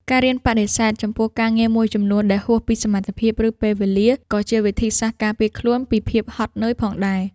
ការរៀនបដិសេធចំពោះការងារមួយចំនួនដែលហួសពីសមត្ថភាព ឬពេលវេលា ក៏ជាវិធីសាស្ត្រការពារខ្លួនពីភាពហត់នឿយផងដែរ។